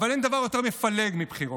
אבל אין דבר יותר מפלג מבחירות.